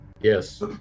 Yes